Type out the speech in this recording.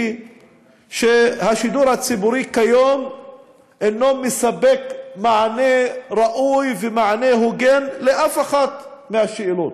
שהשידור הציבורי כיום אינו מספק מענה ראוי ומענה הוגן לאף אחת מהשאלות.